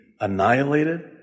annihilated